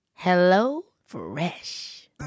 HelloFresh